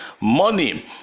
Money